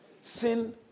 sin